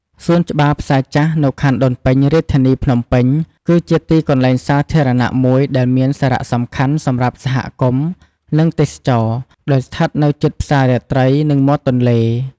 សួនច្បារផ្សារចាស់នៅខណ្ឌដូនពេញ រាជធានីភ្នំពេញ គឺជាទីកន្លែងសាធារណៈមួយដែលមានសារៈសំខាន់សម្រាប់សហគមន៍ និងទេសចរណ៍ ដោយស្ថិតនៅជិតផ្សាររាត្រី និងមាត់ទន្លេ។